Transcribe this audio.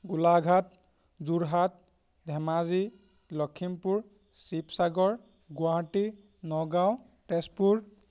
Golaghat Jorhat Dhemaji Lakhimpur Sivasagar Guwahati Nagaon Tezpur